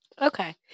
okay